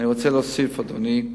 אני רוצה להוסיף, אדוני,